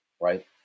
right